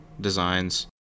designs